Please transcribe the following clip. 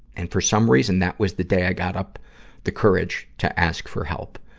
and, for some reason, that was the day i got up the courage to ask for help.